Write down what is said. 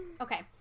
Okay